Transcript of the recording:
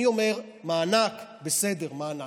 אני אומר: מענק, בסדר, מענק.